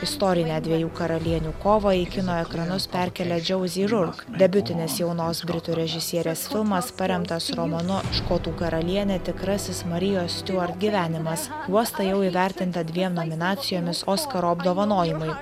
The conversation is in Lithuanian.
istorinę dviejų karalienių kovą į kino ekranus perkelia džiauzi rurk debiutinės jaunos britų režisierės filmas paremtas romanu škotų karalienė tikrasis marijos stiuart gyvenimas juosta jau įvertinta dviem nominacijomis oskaro apdovanojimai